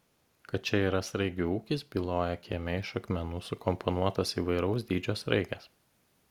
kad čia yra sraigių ūkis byloja kieme iš akmenų sukomponuotos įvairaus dydžio sraigės